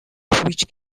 which